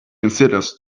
considers